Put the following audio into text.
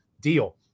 deal